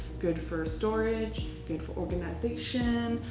good for storage, good for organization,